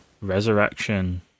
Resurrection